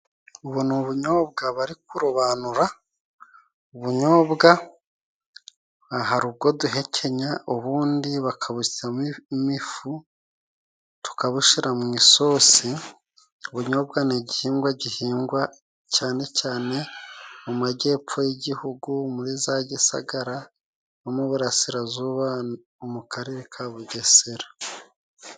Ubu ni ubunyobwa bari kurobanura. Ubunyobwa hari ubwo duhekenya, ubundi bakabusyamo ifu tukabushira mu isosi. Ubunyobwa ni igihingwa gihingwa cyane cyane mu Majyepfo y'Igihugu muri za Gisagara no mu burasirazuba mu Karere ka Bugesera.